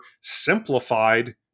simplified